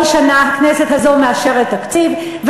כל שנה הכנסת הזאת מאשרת תקציב.